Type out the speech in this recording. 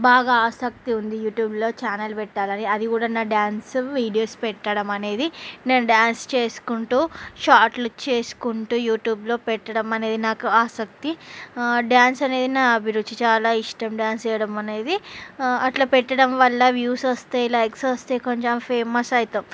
బాగా ఆశక్తి ఉంది యూట్యూబ్లో ఛానల్ పెట్టాలని అది కూడా నా డాన్స్ వీడియోస్ పెట్టడం అనేది నేను డ్యాన్స్ చేసుకుంటూ షార్టులు చేసుకుంటూ యూట్యూబ్లో పెట్టడం అనేది నాకు ఆసక్తి డాన్స్ అనేది నా అభిరుచి చాలా ఇష్టం డ్యాన్స్ చేయడం అనేది అట్లా పెట్టడం వల్ల వ్యూస్ వస్తాయి లైక్స్ వస్తాయి కొంచెం ఫేమస్ అవుతాం